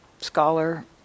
scholar